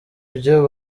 byo